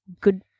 good